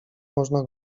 można